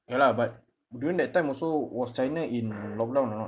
ya lah but during that time also was china in lockdown or not